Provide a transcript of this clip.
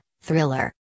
Thriller